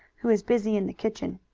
who was busy in the kitchen.